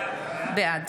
בעד